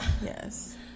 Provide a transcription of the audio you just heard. Yes